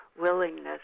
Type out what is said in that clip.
willingness